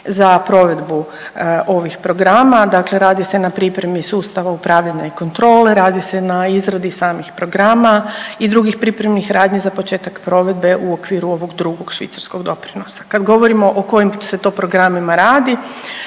za provedbu ovih programa, dakle radi se na pripremi sustava upravljanja i kontrole, radi na izradi samih programa i drugih pripremnih radnji za početak provedbe u okviru ovog Drugog švicarskog doprinosa. Kada govorimo o kojim se to programima radi,